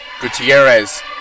Gutierrez